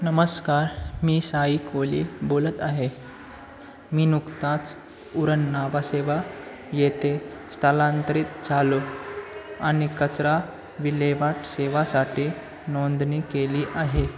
नमस्कार मी साई कोली बोलत आहे मी नुकताच उरण न्हावा शेवा येथे स्थलांतरित झालो आणि कचरा विल्हेवाट सेवेसाठी नोंदणी केली आहे